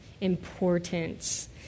importance